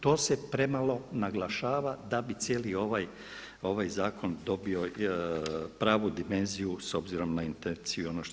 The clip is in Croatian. To se premalo naglašava da bi cijeli ovaj zakon dobio pravu dimenziju s obzirom na intenciju i ono što